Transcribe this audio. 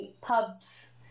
pubs